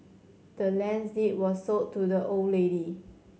the land's deed was sold to the old lady